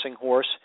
horse